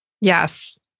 Yes